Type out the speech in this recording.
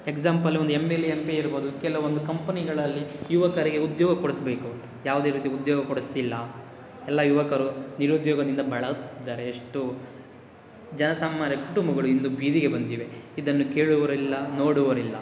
example ಒಂದು M L A M P ಇರ್ಬೋದು ಕೆಲವೊಂದು ಕಂಪನಿಗಳಲ್ಲಿ ಯುವಕರಿಗೆ ಉದ್ಯೋಗ ಕೊಡಿಸ್ಬೇಕು ಯಾವುದೇ ರೀತಿ ಉದ್ಯೋಗ ಕೊಡಿಸ್ತಿಲ್ಲ ಎಲ್ಲ ಯುವಕರು ನಿರುದ್ಯೋಗದಿಂದ ಬಳಲ್ತಿದ್ದಾರೆ ಎಷ್ಟು ಜನಸಾಮಾಯ್ರ ಕುಟುಂಬಗಳು ಇಂದು ಬೀದಿಗೆ ಬಂದಿವೆ ಇದನ್ನು ಕೇಳುವವರಿಲ್ಲ ನೋಡುವವರಿಲ್ಲ